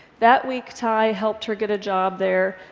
that weak tie helped her get a job there.